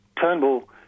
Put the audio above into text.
Turnbull